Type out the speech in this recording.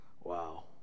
Wow